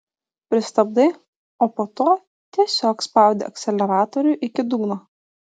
pristabdai o po to tiesiog spaudi akceleratorių iki dugno